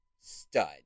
stud